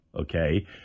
Okay